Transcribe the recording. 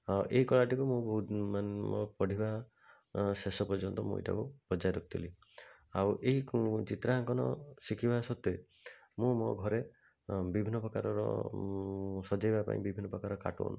ହଁ ଏଇ କଳାଟିକୁ ମୁଁ ବହୁତ ମାନେ ମୋ ପଢ଼ିବା ଶେଷ ପର୍ଯ୍ୟନ୍ତ ମୁଁ ଏଇଟାକୁ ବଜାୟ ରଖିଥିଲି ଆଉ ଏଇ ଚିତ୍ରାଙ୍କନ ଶିଖିବା ସତ୍ତ୍ୱେ ମୁଁ ମୋ ଘରେ ବିଭିନ୍ନ ପ୍ରକାରର ସଜେଇବା ପାଇଁ ବିଭିନ୍ନ ପ୍ରକାର କାର୍ଟୁନ୍